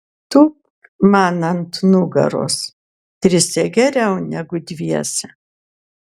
tūpk man ant nugaros trise geriau negu dviese